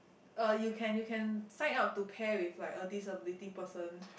uh you can you can sign up to pair with like a disability person